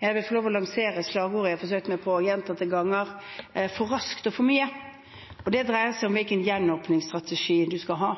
Jeg vil få lov til å lansere slagordet jeg har forsøkt meg på gjentatte ganger: «for raskt, for mye». Det dreier seg om hvilken gjenåpningsstrategi vi skal ha,